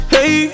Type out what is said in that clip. Hey